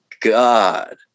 God